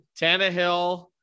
Tannehill